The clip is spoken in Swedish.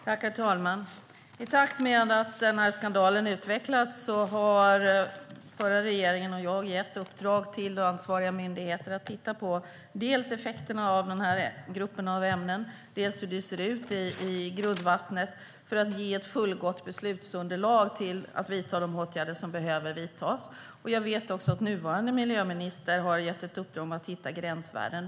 Herr talman! I takt med att den här skandalen har utvecklats har den förra regeringen och jag gett i uppdrag till ansvariga myndigheter att titta på dels effekterna av den här gruppen ämnen, dels hur det ser ut i grundvattnet. Det handlar om att ge ett fullgott beslutsunderlag för att kunna vidta de åtgärder som behöver vidtas. Jag vet också att nuvarande miljöminister har gett ett uppdrag om att hitta gränsvärden.